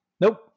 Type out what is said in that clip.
Nope